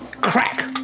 Crack